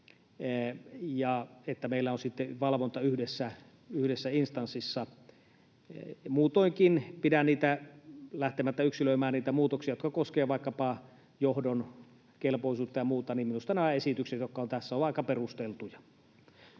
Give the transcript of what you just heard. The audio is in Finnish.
että meillä on sitten valvonta yhdessä instanssissa. Muutoinkin pidän, lähtemättä yksilöimään, aika perusteltuina niitä muutoksia, jotka koskevat vaikkapa johdon kelpoisuutta ja muuta. Minusta nämä esitykset, jotka ovat tässä, ovat aika perusteltuja.